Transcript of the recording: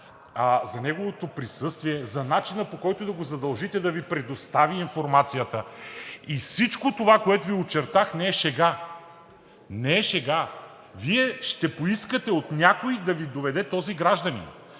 за неговото присъствие, за начина, по който да го задължите да Ви предостави информацията. И всичко това, което Ви очертах, не е шега. Не е шега! Вие ще поискате от някой да Ви доведе този гражданин,